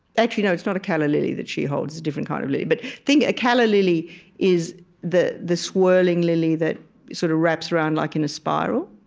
actually, no, it's not a calla lily that she holds. it's a different kind of lily. but think a calla lily is the the swirling lily that sort of wraps around like in a spiral.